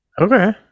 Okay